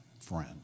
friend